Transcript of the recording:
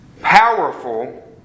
powerful